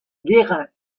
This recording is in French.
guérin